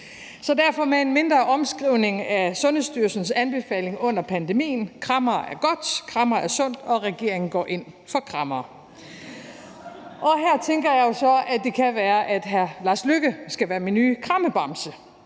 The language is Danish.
komme med en mindre omskrivning af Sundhedsstyrelsens anbefaling under pandemien: Krammere er godt, krammere er sundt, og regeringen går ind for krammere. Og her tænker jeg jo så, at det kan være, at hr. Lars Løkke Rasmussen skal være min nye krammebamse.